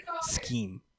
scheme